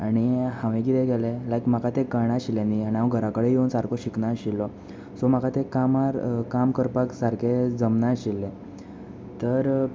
आनी हांवें किदें केलें लायक म्हाका तें कळनाशिल्लें न्ही आनी हांव घरा कडेन येवन सारको शिकनाशिल्लो सो म्हाका ते कामार काम करपाक सारकें जमनाशिल्लें तर